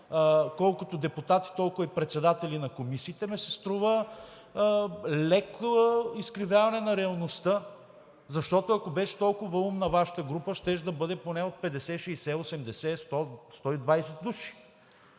колкото депутати, толкова и председатели на комисии“, ми се струва леко изкривяване на реалността, защото, ако беше толкова умна Вашата група, щеше да бъде поне от 50, 60, 80, 100, 120 души.